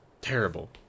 terrible